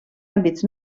àmbits